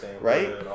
Right